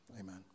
Amen